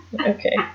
Okay